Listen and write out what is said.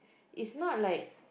it's not like